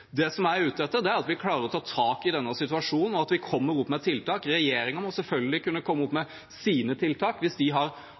Det jeg er ute etter, er at vi klarer å ta tak i denne situasjonen, og at vi kommer opp med tiltak. Regjeringen må selvfølgelig kunne komme opp med